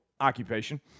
occupation